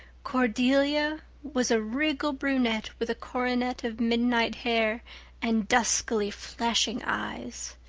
cordelia was a regal brunette with a coronet of midnight hair and duskly flashing eyes.